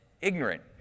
ignorant